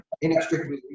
inextricably